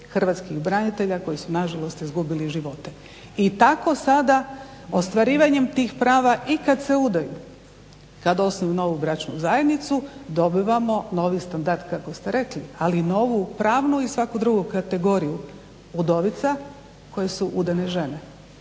hrvatskih branitelja koji su nažalost izgubili živote. I tako sada ostvarivanjem tih prava i kada se udaju kada osnuju novu bračnu zajednicu dobivamo novi standard kako ste rekli, ali i novu pravnu i svaku drugu kategoriju udovica koje su udane žene